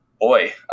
Boy